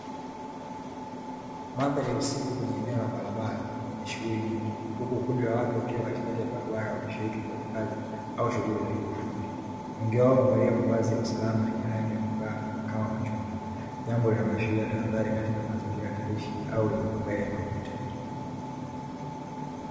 Mandahari ya usiku kwenye eneo la barabara yenye shughuli nyingi huku kundi la watu wakiwa katikati ya barabara wakishiriki kwenye kazi au shughuli za kiufundi, wengi wao wamevalia mavazi ya usalama yenye rangi inayong'aa kama machungwa, jambo linaloashiria tahadhari katika mazingira hatarishi au wenye magari yanayipota.